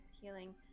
healing